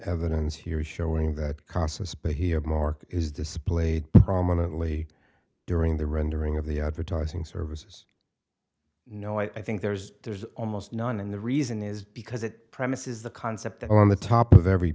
evidence here showing that causes but here mark is displayed prominently during the rendering of the advertising services no i think there's there's almost none and the reason is because that premise is the concept on the top of every